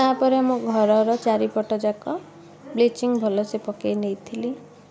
ତା ପରେ ଆମ ଘରର ଚାରିପଟ ଯାକ ବ୍ଲିଚିଙ୍ଗ୍ ଭଲସେ ପକେଇ ନେଇଥିଲି